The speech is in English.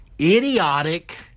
idiotic